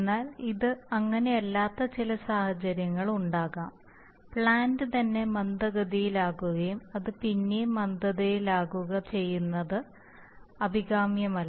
എന്നാൽ ഇത് അങ്ങനെയല്ലാത്ത ചില സാഹചര്യങ്ങളുണ്ടാകാം പ്ലാന്റ് തന്നെ മന്ദഗതിയിലാകുകയും ഇത് പിന്നെയും മന്ദഗതിയിലാക്കുക ചെയ്യുന്നത് അഭികാമ്യമല്ല